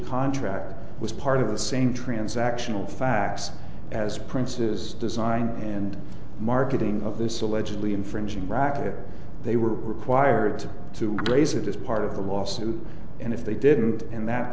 contract was part of the same transactional facts as princes design and marketing of this allegedly infringing practice they were required to raise it as part of the lawsuit and if they didn't and that